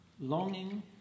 longing